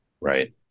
Right